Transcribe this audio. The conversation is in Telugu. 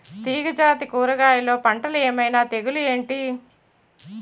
తీగ జాతి కూరగయల్లో పంటలు ఏమైన తెగులు ఏంటి?